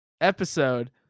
episode